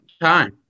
time